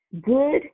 good